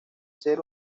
ser